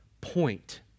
point